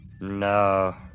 No